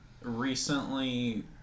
recently